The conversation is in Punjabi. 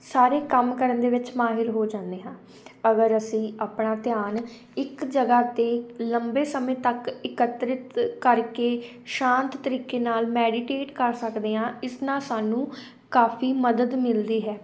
ਸਾਰੇ ਕੰਮ ਕਰਨ ਦੇ ਵਿੱਚ ਮਾਹਿਰ ਹੋ ਜਾਂਦੇ ਹਾਂ ਅਗਰ ਅਸੀਂ ਆਪਣਾ ਧਿਆਨ ਇੱਕ ਜਗ੍ਹਾ 'ਤੇ ਲੰਬੇ ਸਮੇਂ ਤੱਕ ਇਕੱਤਰਿਤ ਕਰਕੇ ਸ਼ਾਂਤ ਤਰੀਕੇ ਨਾਲ ਮੈਡੀਟੇਟ ਕਰ ਸਕਦੇ ਹਾਂ ਇਸ ਨਾਲ ਸਾਨੂੰ ਕਾਫੀ ਮਦਦ ਮਿਲਦੀ ਹੈ